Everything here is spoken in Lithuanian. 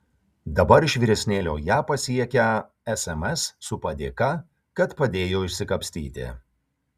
dabar iš vyresnėlio ją pasiekią sms su padėka kad padėjo išsikapstyti